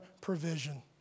provision